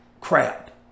crap